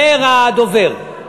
אומר הדובר,